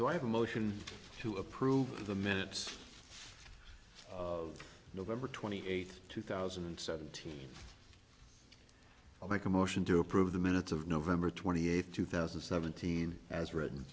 have a motion to approve the minutes of november twenty eighth two thousand and seventeen i'll make a motion to approve the minutes of november twenty eighth two thousand and seventeen as written